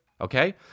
okay